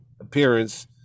appearance